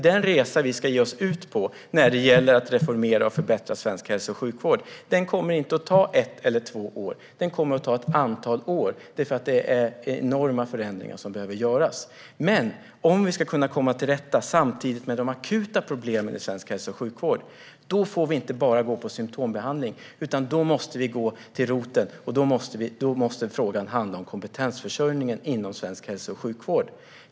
Den resa vi ska ge oss ut på när det gäller att reformera och förbättra svensk hälso och sjukvård kommer inte att ta ett eller två år utan ett stort antal år, för det är enorma förändringar som behöver göras. Om vi samtidigt ska komma till rätta med de akuta problemen i svensk hälso och sjukvård får vi dock inte bara gå på symtombehandling, utan då måste vi gå till roten. Då måste frågan handla om kompetensförsörjning inom svensk hälso och sjukvård.